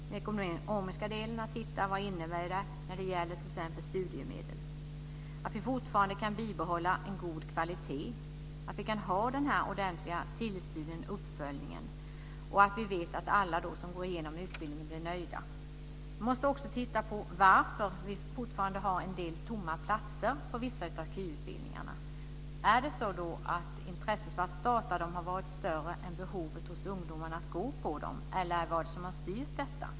Den ekonomiska delen handlar om att hitta vad det innebär när det gäller t.ex. studiemedel, att vi fortfarande kan bibehålla en god kvalitet, att vi kan ha ordentlig tillsyn och uppföljning och att vi vet att alla som går igenom utbildningen blir nöjda. Man måste också titta närmare på varför vi fortfarande har en del tomma platser inom viss KY. Har intresset för att starta dem varit större än behovet hos ungdomarna att gå på dem, eller vad är det som har styrt detta?